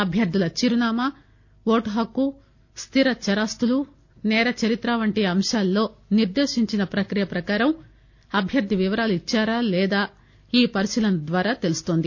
అభ్యర్థుల చిరునామా ఓటుహక్కు స్థిరచరాస్తులు సేరచరిత్ర వంటి అంశాలలో నిర్దేశించిన ప్రక్రియ ప్రకారం అభ్యర్థి వివరాలు ఇచ్సారా లేదా ఈ పరిశీలన ద్వారా తెలుస్తుంది